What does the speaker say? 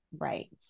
Right